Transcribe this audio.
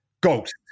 Ghost